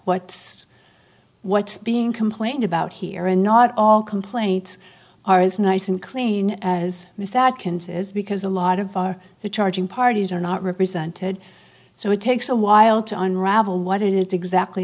what what's being complained about here and not all complaints are as nice and clean as this that can say is because a lot of our the charging parties are not represented so it takes a while to unravel what it is exactly